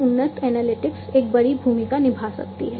उन्नत एनालिटिक्स एक बड़ी भूमिका निभा सकती है